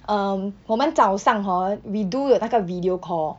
um 我们早上 hor we do 有那个 video call